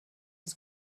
das